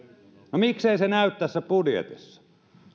no miksei se näy tässä budjetissa